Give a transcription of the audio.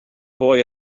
boy